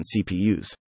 CPUs